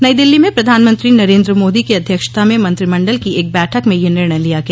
नई दिल्ली में प्रधानमंत्री नरेंद्र मोदी की अध्यक्षता में मंत्रिमंडल की एक बैठक में यह निर्णय लिया गया